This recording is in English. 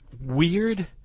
weird